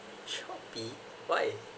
Shopee why